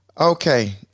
Okay